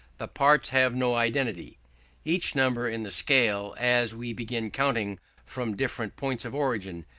the parts have no identity each number in the scale, as we begin counting from different points of origin,